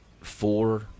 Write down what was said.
four